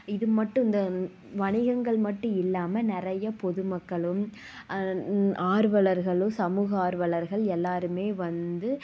இது மட்டும் இந்த வணிகங்கள் மட்டும் இல்லாமல் நிறைய பொதுமக்களும் இன் ஆர்வலர்களும் சமூக ஆர்வலர்கள் எல்லோரும் வந்து